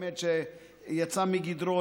שבאמת יצא מגדרו,